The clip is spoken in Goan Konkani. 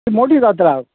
मोटी जात्रा